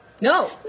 No